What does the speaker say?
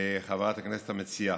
חברת הכנסת המציעה,